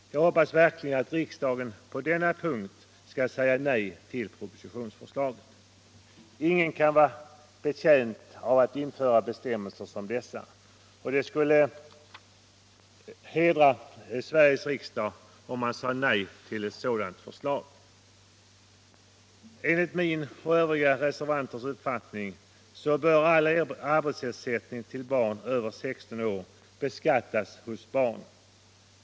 Jag hoppas verkligen att riksdagen på denna punkt skall säga nej till propositionsförslaget. Ingen kan vara betjänt av att vi inför bestämmelser som dessa, och det skulle hedra Sveriges riksdag om man sade nej till ett sådant lagförslag. Enligt min och övriga reservanters uppfattning bör all arbetsersättning till barn över 16 år beskattas hos barnen.